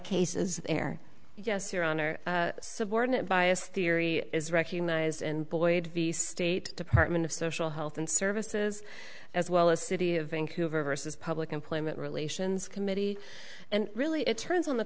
cases where yes your honor subordinate bias theory is recognized and void the state department of social health and services as well as city of vancouver vs public employment relations committee and really it turns on the